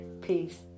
Peace